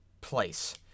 place